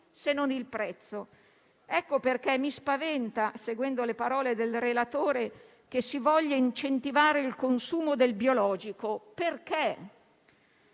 se non il prezzo. Ecco perché mi spaventa, seguendo le parole del relatore, che si voglia incentivare il consumo del biologico. Perché?